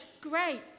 great